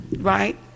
right